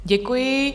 Děkuji.